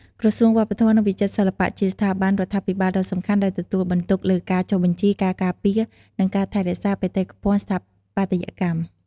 ក្រសួងវប្បធម៌ និងវិចិត្រសិល្បៈ ជាស្ថាប័នរដ្ឋាភិបាលដ៏សំខាន់ដែលទទួលបន្ទុកលើការចុះបញ្ជី ការការពារ និងការថែរក្សាបេតិកភណ្ឌស្ថាបត្យកម្ម។